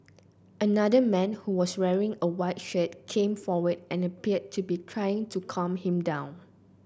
another man who was wearing a white shirt came forward and appeared to be trying to calm him down